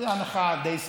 זו הנחה די סבירה.